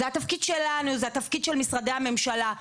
זה התפקיד שלנו, זה התפקיד של משרדי הממשלה.